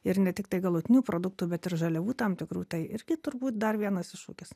ir ne tiktai galutinių produktų bet ir žaliavų tam tikrų tai irgi turbūt dar vienas iššūkis